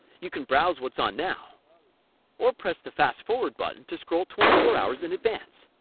you can browse what's on now or press the fast-forward button to scroll twenty four hours in advance.